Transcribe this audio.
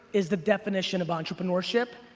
is the definition of entrepreneurship,